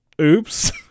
Oops